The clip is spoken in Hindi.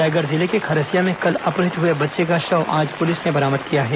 रायगढ़ जिले के खरसिया में कल अपहित हुए बच्चे का शव आज पुलिस ने बरामद किया है